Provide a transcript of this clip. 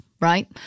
right